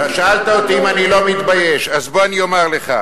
ושאלת אותי אם אני לא מתבייש, אז בוא אני אומר לך.